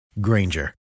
Granger